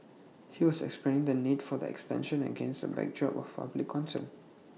he was explaining the need for the extension against A backdrop of public concern